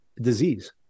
disease